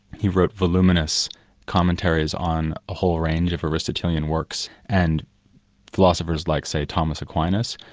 he wrote voluminous commentaries on a whole range of aristotelian works, and philosophers like, say, thomas aquinas,